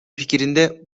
пикиринде